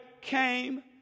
came